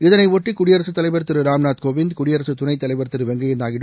இதனை ஒட்டி குடியரசுத்தலைவர் திரு ராம்நாத்கோவிந்த் குடியரசுத்துணைத்தலைவர் திரு வெங்கப்யா நாயுடு